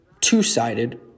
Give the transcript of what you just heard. two-sided